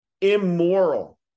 immoral